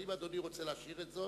אם אדוני רוצה להשאיר את זאת,